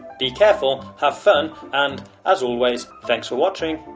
be careful, have fun and as always, thanks for watching.